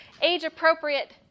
age-appropriate